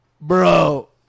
Bro